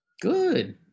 Good